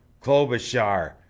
Klobuchar